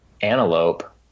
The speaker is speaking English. antelope